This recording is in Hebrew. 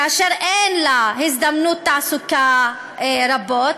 אשר אין לה הזדמנויות תעסוקה רבות,